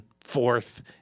fourth